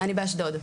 אני באשדוד.